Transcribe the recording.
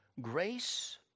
Grace